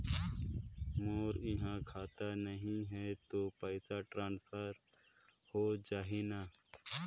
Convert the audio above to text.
मोर इहां खाता नहीं है तो पइसा ट्रांसफर हो जाही न?